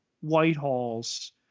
whitehall's